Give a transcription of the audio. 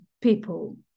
people